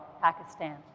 Pakistan